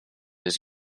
his